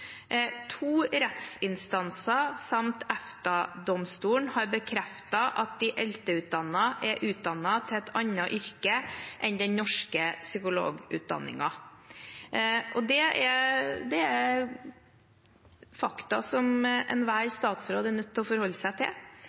To rettsinstanser samt EFTA-domstolen har bekreftet at de ELTE-utdannede er utdannet til et annet yrke enn den norske psykologutdanningen. Det er fakta som enhver statsråd er nødt til å forholde seg til.